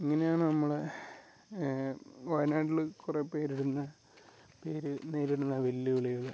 ഇങ്ങനെയാണ് നമ്മളെ വയനാട്ടിൽ കുറേ പേര് ഇന്ന് പേര് നേരിടുന്ന വെല്ലുവിളികൾ